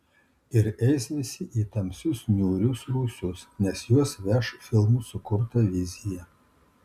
ir eis visi į tamsius niūrius rūsius nes juos veš filmų sukurta vizija